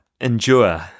Endure